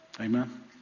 Amen